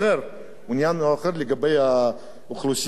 העניין הוא אחר לגבי האוכלוסייה הערבית,